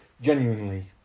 genuinely